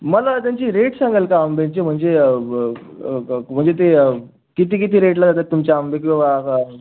मला त्यांची रेट सांगाल का आंब्यांचे म्हणजे ब ब म्हणजे ते किती किती रेटला येतात तुमचे आंबे किंवा काय